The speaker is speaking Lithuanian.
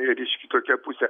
ryški tokia pusė